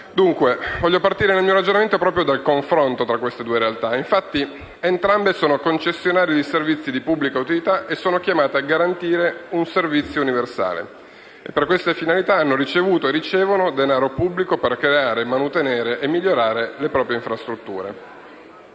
Dunque, nel mio ragionamento voglio partire proprio dal confronto fra queste due realtà. Infatti, entrambe sono concessionarie di servizi di pubblica utilità e sono chiamate a garantire un servizio universale e per questa finalità hanno ricevuto e ricevono denaro pubblico per creare, manutenere e migliorare le proprie infrastrutture.